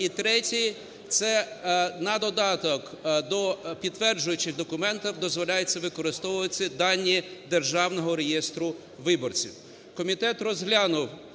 І третє. Це на додаток до підтверджуючих документів дозволяється використовувати дані Державного реєстру виборців.